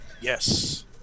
Yes